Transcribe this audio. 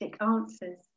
answers